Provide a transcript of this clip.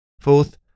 fourth